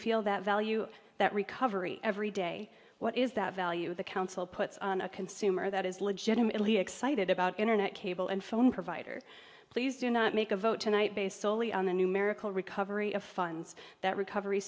feel that value that recovery every day what is that value the council puts on a consumer that is legitimately excited about internet cable and phone provider please do not make a vote tonight based solely on the numerical recovery of funds that recovery